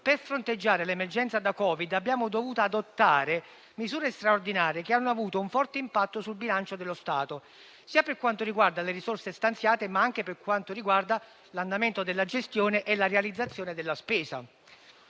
per fronteggiare l'emergenza da Covid-19 abbiamo dovuto adottare misure straordinarie, che hanno avuto un forte impatto sul bilancio dello Stato, sia per quanto riguarda le risorse stanziate, ma anche per quanto riguarda l'andamento della gestione e la realizzazione della spesa.